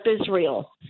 Israel